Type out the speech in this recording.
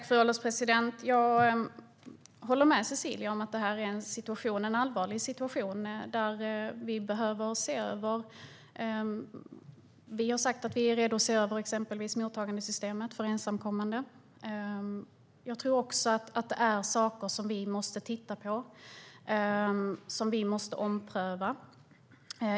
Fru ålderspresident! Jag håller med Cecilia om att det är en allvarlig situation som vi behöver se över. Vi har sagt att vi är redo att se över exempelvis mottagandesystemet för ensamkommande. Jag tror också att det är saker som vi måste titta på och som vi måste ompröva.